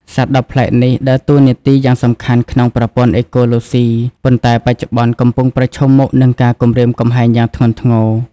សត្វដ៏ប្លែកនេះដើរតួនាទីយ៉ាងសំខាន់ក្នុងប្រព័ន្ធអេកូឡូស៊ី ប៉ុន្តែបច្ចុប្បន្នកំពុងប្រឈមមុខនឹងការគំរាមកំហែងយ៉ាងធ្ងន់ធ្ងរ។